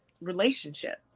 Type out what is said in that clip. relationship